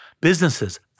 Businesses